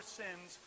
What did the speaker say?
sins